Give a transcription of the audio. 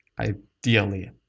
ideally